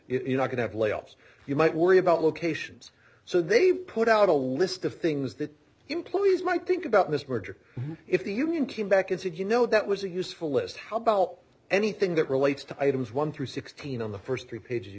if you're not going to have layoffs you might worry about locations so they put out a list of things that employees might think about this merger if the union came back and said you know that was a useful list how about anything that relates to items one through sixteen on the first three pages you